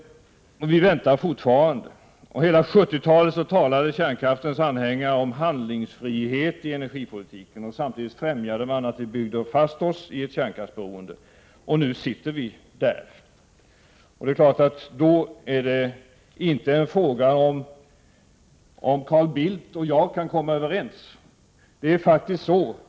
Vi väntar fortfarande. Under hela 1970-talet talade kärnkraftens anhängare om handlingsfrihet i energipolitiken, och samtidigt främjade man att vi så att säga byggde fast oss i ett kärnkraftsberoende. Och nu sitter vi där. Det är klart att det då inte är en fråga om huruvida Carl Bildt och jag kan komma överens.